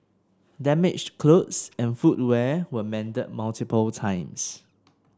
damaged clothes and footwear were mended multiple times